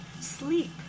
Sleep